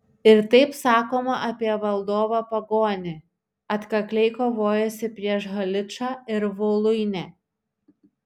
ir taip sakoma apie valdovą pagonį atkakliai kovojusį prieš haličą ir voluinę